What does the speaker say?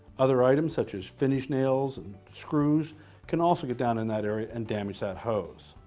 other items such as finish nails and screws can also get down in that area and damage that hose.